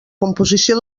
composició